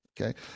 okay